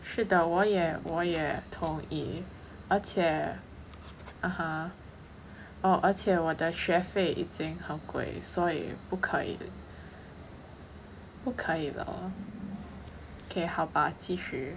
是的我也我也同意而且 (uh huh) oh 而且我的学费已尽很贵所以不可以不可以了 okay 好吧继续